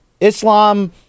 Islam